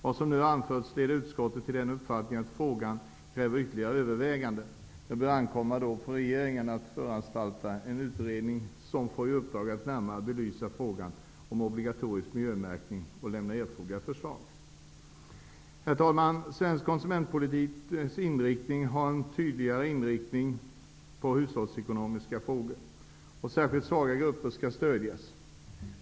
Vad som nu anförts leder utskottet till den uppfattningen att frågan kräver ytterligare överväganden. Det bör ankomma på regeringen att föranstalta om en utredning som får i uppdrag att närmare belysa frågan om obligatorisk miljömärkning och att lämna erforderliga förslag. Herr talman! Svensk konsumentpolitisk inriktning innebär en tydligare inriktning på hushållsekonomiska frågor. Särskilt svaga grupper skall stödjas.